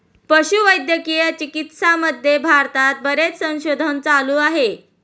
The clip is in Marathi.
पशुवैद्यकीय चिकित्सामध्ये भारतात बरेच संशोधन चालू आहे